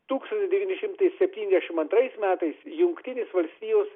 tūkstantis devyni šimtai septyniasdešim antrais metais jungtinės valstijos